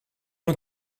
een